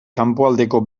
kanpoaldeko